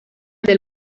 del